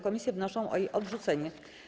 Komisje wnoszą o jej odrzucenie.